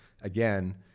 again